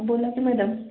बोला की मॅडम